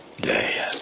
day